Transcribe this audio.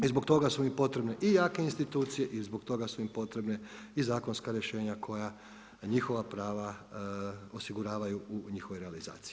I zbog toga su im potrebne i jake institucije i zbog toga su im potrebna i zakonska rješenja koja njihova prava osiguravaju u njihovoj realizaciji.